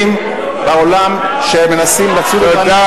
לכן,